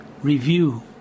review